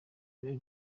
ari